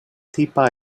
tipa